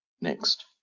Next